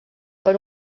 per